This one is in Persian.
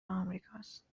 امریکاست